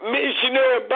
Missionary